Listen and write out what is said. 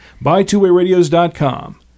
BuyTwoWayRadios.com